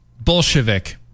Bolshevik